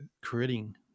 Creating